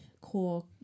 core